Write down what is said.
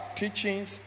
teachings